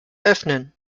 öffnen